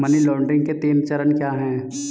Money laundering के तीन चरण क्या हैं?